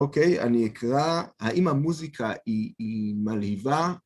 אוקיי, אני אקרא, האם המוזיקה היא היא מלהיבה?